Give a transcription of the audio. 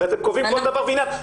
הרי אתם קובעים כל דבר ועניין.